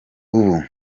ubu